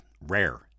Rare